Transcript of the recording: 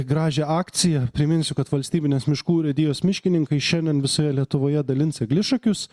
gražią akciją priminsiu kad valstybinės miškų urėdijos miškininkai šiandien visoje lietuvoje dalins eglišakius